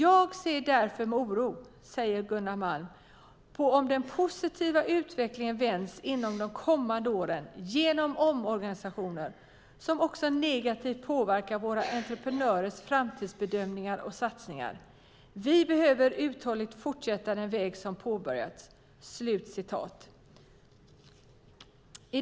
Jag ser därför med oro på om den positiva utvecklingen vänts inom de kommande åren genom omorganisationer, som också negativt kommer att påverka våra entreprenörers framtidsbedömningar och satsningar.